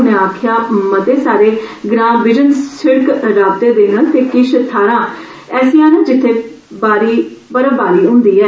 उने आक्खेआ मते सारे ग्रां बिजन सिड़क रावते दे न ते किश थाहरा ऐसिया न जित्थै भारी बर्फवारी हुन्दी ऐ